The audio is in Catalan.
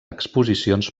exposicions